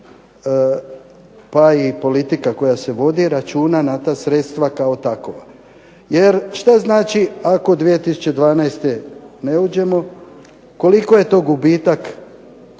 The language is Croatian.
pa i politika koja vodi računa na ta sredstva kao takova. Jer što znači ako 2012. ne uđemo, koliko je to gubitak sredstava